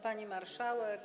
Pani Marszałek!